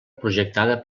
projectada